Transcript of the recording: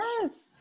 yes